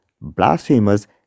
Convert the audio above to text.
blasphemers